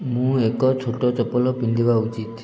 ମୁଁ ଏକ ଛୋଟ ଚପଲ ପିନ୍ଧିବା ଉଚିତ୍